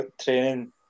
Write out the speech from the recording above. training